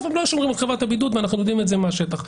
הם לא שומרים על חובת הבידוד ואנחנו יודעים את זה מהשטח.